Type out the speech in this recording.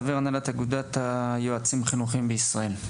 חבר הנהלת אגודת היועצים החינוכיים בישראל,